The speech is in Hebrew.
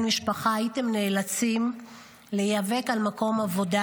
משפחה אם הייתם נאלצים להיאבק על מקום העבודה?